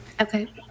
okay